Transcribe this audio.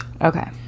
okay